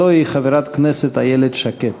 הלוא היא חברת הכנסת איילת שקד.